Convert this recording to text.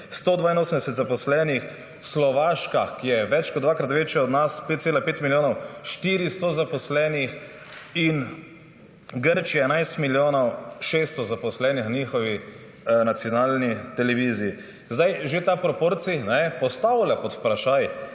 182 zaposlenih. Slovaška, ki je več kot dvakrat večja od nas, 5,5 milijonov, 400 zaposlenih, in Grčija, 11 milijonov, 600 zaposlenih v njihovi nacionalni televiziji. Že ta proporcij postavlja pod vprašaj,